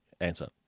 Answer